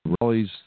rallies